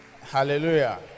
Hallelujah